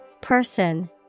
Person